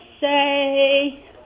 say